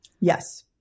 Yes